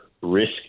risk